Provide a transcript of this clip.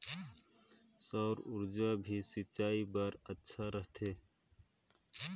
सौर ऊर्जा भी सिंचाई बर अच्छा रहथे?